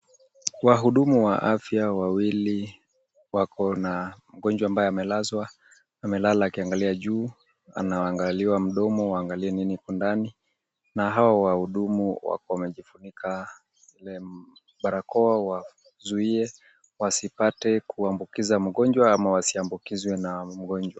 Wahudumu wa afya wawili wako na mgonjwa ambaye amelazwa. Amelala akiangalia juu. Anaangaliwa mdomo waangalie nini iko ndani na hawa wahudumu wamejifunika barakoa, wazuie wasipate kuambukiza mgonjwa, ama wasiambukizwe na mgonjwa.